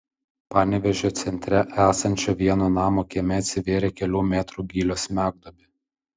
panevėžio centre esančio vieno namo kieme atsivėrė kelių metrų gylio smegduobė